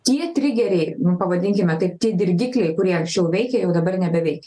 tie trigeriai pavadinkime taip tie dirgikliai kurie anksčiau veikė jau dabar nebeveik